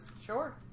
Sure